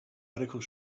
article